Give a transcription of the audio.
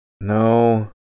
No